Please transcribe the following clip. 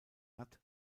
hat